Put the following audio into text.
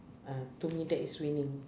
ah to me that is winning